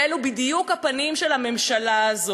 אלה בדיוק הפנים של הממשלה הזו.